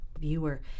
viewer